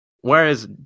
whereas